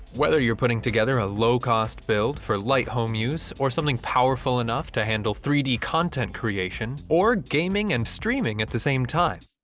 whether you're putting together a low-cost build for light home use or something powerful enough to handle three d content creation, or gaming and streaming at the same time.